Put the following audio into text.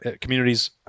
communities